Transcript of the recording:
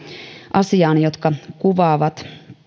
asiaan jotka kuvaavat